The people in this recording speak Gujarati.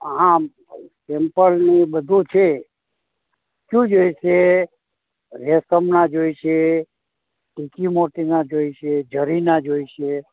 હા સેમ્પલ ને બધું છે શું જોઈએ છે રેશમના જોઈશે ટીકી મોતીના જોઈશે ઝરીના જોઈશે